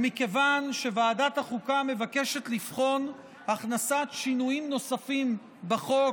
ומכיוון שוועדת החוקה מבקשת לבחון הכנסת שינויים נוספים בחוק